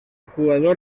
jugador